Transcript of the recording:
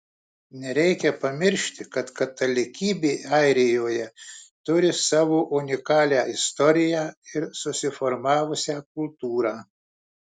nereikia pamiršti kad katalikybė airijoje turi savo unikalią istoriją ir susiformavusią kultūrą